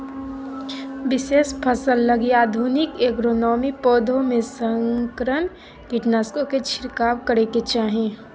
विशेष फसल लगी आधुनिक एग्रोनोमी, पौधों में संकरण, कीटनाशकों के छिरकाव करेके चाही